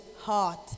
heart